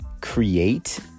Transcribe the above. create